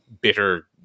bitter